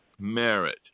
Merit